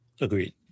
Agreed